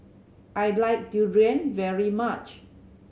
I like Durian very much